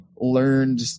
learned